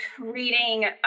reading